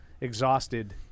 exhausted